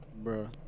Bro